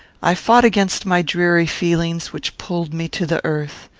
i fought against my dreary feelings, which pulled me to the earth.